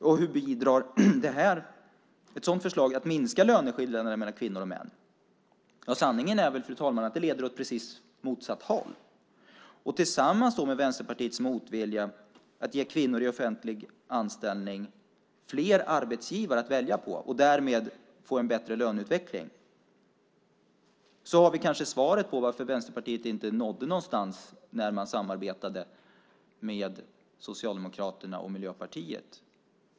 Och hur bidrar ett sådant förslag till att minska löneskillnaderna mellan kvinnor och män? Sanningen är väl, fru talman, att det leder åt precis motsatt håll. Tillsammans med Vänsterpartiets motvilja att ge kvinnor i offentlig anställning fler arbetsgivare att välja bland och därmed få en bättre löneutveckling har vi kanske svaret på varför Vänsterpartiet inte nådde någonstans när man samarbetade med Socialdemokraterna och Miljöpartiet.